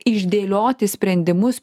išdėlioti sprendimus